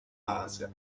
maße